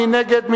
מי נגד,